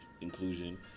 inclusion